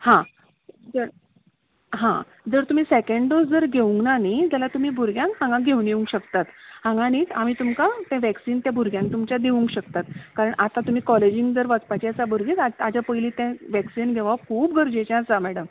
हा जर हा जर तुमी सॅकँड डोज जर घेवंक ना न्ही जाल्या तुमी भुरग्यांक हांगां घेवन येवंक शकतात हांगा न्ही आमी तुमकां तें वॅक्सीन तें भुरग्यांक तुमच्या दिवंक शकतात कळें आतां तुमी कॉलेजीन जर वचपाची आसा भुरगीं ता ताज्या पयलीं तें वॅक्सीन घेवप खूब गरजेचें आसा मॅडम